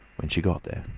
when she got there.